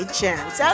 chance